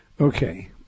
Okay